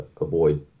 avoid